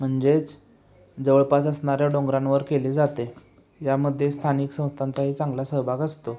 म्हणजेच जवळपास असणाऱ्या डोंगरांवर केले जाते यामध्ये स्थानिक संस्थांचाही चांगला सहभाग असतो